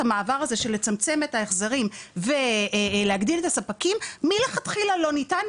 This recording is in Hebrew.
המעבר הזה של לצמצם את ההחזרים ולהגדיל את הספקים מלכתחילה לא ניתן,